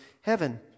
heaven